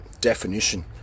definition